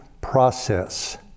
process